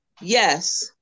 Yes